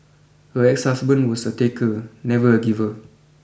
her ex husband was a taker never a giver